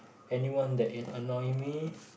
anyone that an~ annoy me